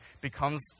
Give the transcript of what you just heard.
becomes